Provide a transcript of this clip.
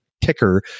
ticker